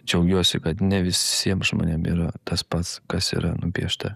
džiaugiuosi kad ne visiems žmonėm yra tas pats kas yra nupiešta